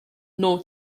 nor